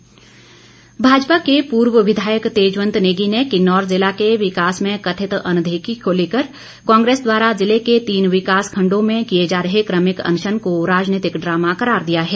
तेजवंत भाजपा के पूर्व विधायक तेजवंत नेगी ने किन्नौर ज़िला के विकास में कथित अनदेखी को लेकर कांग्रेस द्वारा ज़िले के तीन विकास खंडों में किए जा रहे क्रमिक अनशन को राजनीतिक ड्रामा करार दिया है